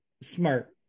smart